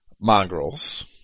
mongrels